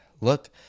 look